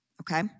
Okay